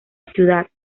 ciudad